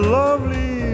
lovely